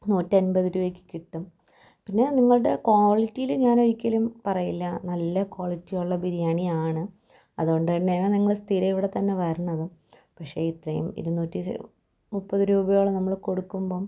നൂറ്റൻപതു രൂപയ്ക്കു കിട്ടും പിന്നെ നിങ്ങളുടെ ക്വാളിറ്റിയിൽ ഞാൻ ഒരിക്കലും പറയില്ല നല്ല ക്വാളിറ്റി ഉള്ള ബിരിയാണി ആണ് അതു കൊണ്ടു തന്നെയാണ് ഞങ്ങൾ സ്ഥിരം ഇവിടെ തന്നെ വരണതും പക്ഷെ ഇത്രയും ഇരുന്നൂറ്റി സം മുപ്പതുരൂപയോളം നമ്മൾ കൊടുക്കുമ്പം